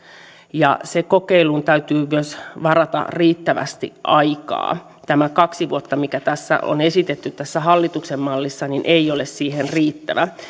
ja siihen kokeiluun täytyy myös varata riittävästi aikaa tämä kaksi vuotta mikä on esitetty tässä hallituksen mallissa ei ole siihen riittävä